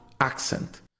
accent